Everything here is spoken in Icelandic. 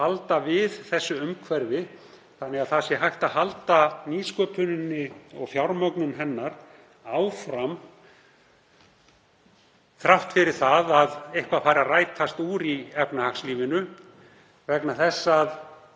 að halda við þessu umhverfi þannig að hægt sé að halda nýsköpuninni og fjármögnun hennar áfram þrátt fyrir að eitthvað fari að rætast úr í efnahagslífinu. Við